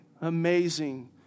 amazing